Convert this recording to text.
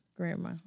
Grandma